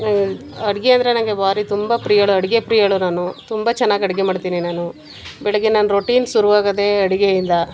ಅಡುಗೆ ಅಂದರೆ ನನಗೆ ಭಾರಿ ತುಂಬ ಪ್ರಿಯಳು ಅಡುಗೆ ಪ್ರಿಯಳು ನಾನು ತುಂಬ ಚೆನ್ನಾಗಿ ಅಡುಗೆ ಮಾಡ್ತೀನಿ ನಾನು ಬೆಳಗ್ಗೆ ನನ್ನ ರೊಟೀನ್ ಶುರುವಾಗೊದೇ ಅಡುಗೆಯಿಂದ